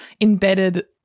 embedded